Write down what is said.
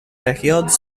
période